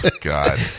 God